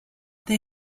they